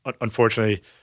Unfortunately